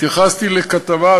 התייחסתי לכתבה,